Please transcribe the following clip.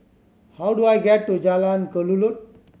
how do I get to Jalan Kelulut